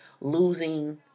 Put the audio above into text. losing